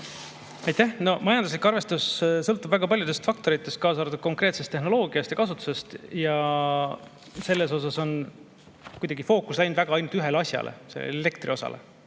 Majanduslik arvestus sõltub väga paljudest faktoritest, kaasa arvatud konkreetsest tehnoloogiast ja kasutusest, ja selles osas on kuidagi fookus läinud väga ainult ühele asjale, sellele elektriosale.